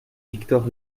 victor